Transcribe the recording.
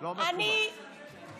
אנחנו נצביע בעד בתנאי שאתם תצביעו בעד,